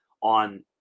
on